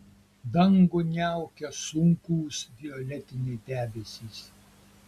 dangų niaukė sunkūs violetiniai debesys